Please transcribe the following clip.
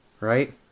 Right